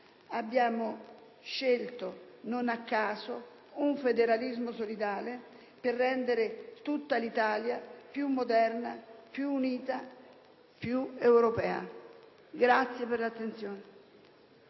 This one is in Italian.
Abbiamo scelto non a caso un federalismo solidale, per rendere tutta l'Italia più moderna, più unita, più europea. *(Applausi del